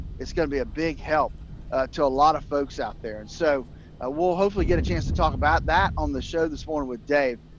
it's gonna be a big help to a lot of folks out there, and so we'll hopefully get a chance to talk about that on the show this morning with dave,